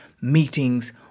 meetings